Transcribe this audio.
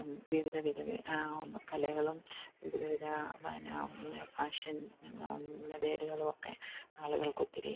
അപ്പം വിവിധ വിധ കലകളും വിവിധ വിധ പിന്നെ ഫാഷൻ മെതേടുകളൊക്കെ ആളുകൾക്കൊത്തിരി